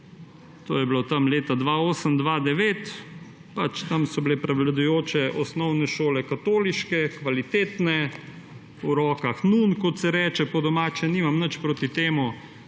To je bilo tam leta 2008, 2009. Pač, tam so bile prevladujoče osnovne šole katoliške, kvalitetne, v rokah nun, kot se reče po domače. Nimam nič proti temu,